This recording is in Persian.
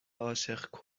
عاشق